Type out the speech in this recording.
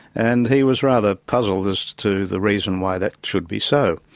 and he was rather puzzled as to the reason why that should be so.